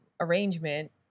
arrangement